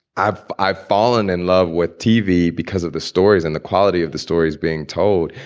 i've i've fallen in love with tv because of the stories and the quality of the stories being told.